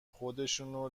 خودشونو